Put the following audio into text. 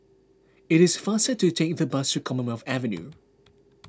it is faster to take the bus to Commonwealth Avenue